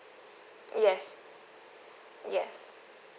yes yes